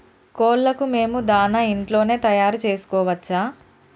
కోళ్లకు మేము దాణా ఇంట్లోనే తయారు చేసుకోవచ్చా?